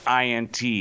INT